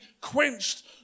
quenched